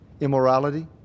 immorality